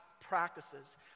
practices